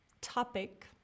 topic